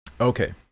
Okay